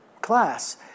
class